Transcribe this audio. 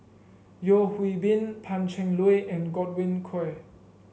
Yeo Hwee Bin Pan Cheng Lui and Godwin Koay